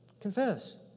confess